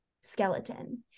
skeleton